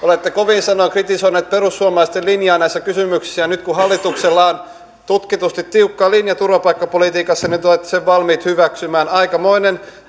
olette kovin sanoin kritisoineet perussuomalaisten linjaa näissä kysymyksissä ja nyt kun hallituksella on tutkitusti tiukka linja turvapaikkapolitiikassa olette valmiit sen hyväksymään aikamoinen